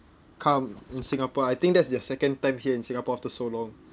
come in singapore I think that's their second time here in singapore after so long